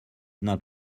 not